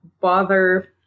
bother